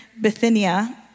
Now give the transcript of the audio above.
Bithynia